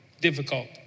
difficult